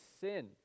sin